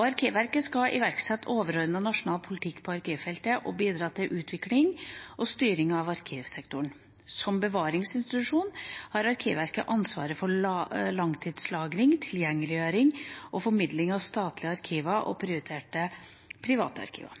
Arkivverket skal iverksette overordnet nasjonal politikk på arkivfeltet og bidra til utvikling og styring av arkivsektoren. Som bevaringsinstitusjon har Arkivverket ansvar for langtidslagring, tilgjengeliggjøring og formidling av statlige arkiver og prioriterte private arkiver.